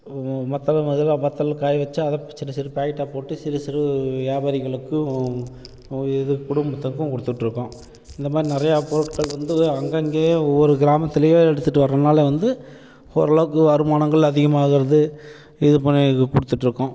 வற்றலும் அதில் வற்றல் காய வச்சி அதை சின்ன சின்ன பாக்கெட்டாக போட்டு சிறு சிறு வியாபாரிகளுக்கும் இது குடும்பத்துக்கும் கொடுத்துட்ருக்கோம் இந்தமாதிரி நிறையா பொருட்கள் வந்து அங்கங்கேயே ஒவ்வொரு கிராமத்துலேயே எடுத்துகிட்டு வரதுனால வந்து ஓரளவுக்கு வருமானங்கள் அதிகமாகுகிறது இது பண்ணி கொடுத்துட்ருக்கோம்